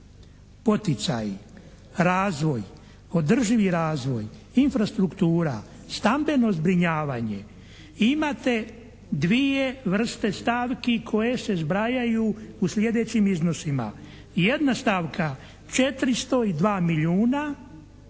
poticaji, razvoj, održivi razvoj, infrastruktura, stambeno zbrinjavanje imate dvije vrste stavki koje se zbrajaju u sljedećim iznosima. Jedna stavka 402 milijuna,